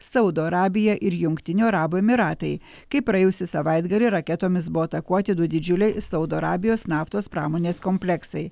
saudo arabija ir jungtinių arabų emyratai kai praėjusį savaitgalį raketomis buvo atakuoti du didžiuliai saudo arabijos naftos pramonės kompleksai